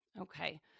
Okay